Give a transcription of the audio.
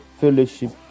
fellowship